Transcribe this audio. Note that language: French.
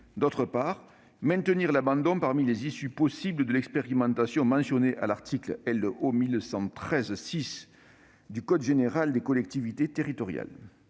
d'autre part, maintenir l'abandon parmi les issues possibles de l'expérimentation mentionnées à l'article L.O. 1113-6 du code général des collectivités territoriales.